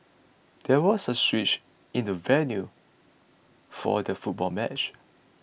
there was a switch in the venue for the football match